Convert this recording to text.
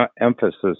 emphasis